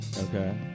Okay